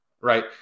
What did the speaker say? right